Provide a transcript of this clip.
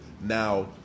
now